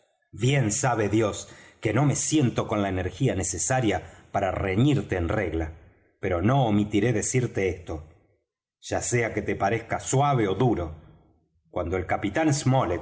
bien sabe dios que no me siento con la energía necesaria para reñirte en regla pero no omitiré decirte esto ya sea que te parezca suave ó duro cuando el capitán